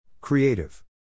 Creative